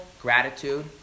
gratitude